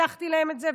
והבטחתי להם את זה,